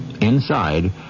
Inside